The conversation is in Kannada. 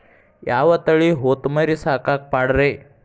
ಯಾವ ತಳಿ ಹೊತಮರಿ ಸಾಕಾಕ ಪಾಡ್ರೇ?